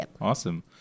Awesome